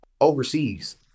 overseas